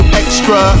extra